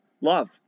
Love